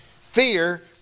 Fear